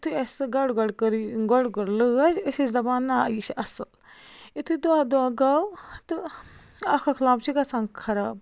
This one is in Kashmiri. یُتھُے اَسہِ سُہ گۄڈٕ گۄڈٕ کٔر گۄڈٕ گۄڈٕ لٲج أسۍ ٲسۍ دَپان نَہ یہِ چھِ اَصٕل یُتھُے دۄہ دۄہ گوٚو تہٕ اَکھ اَکھ لَمپ چھِ گژھان خراب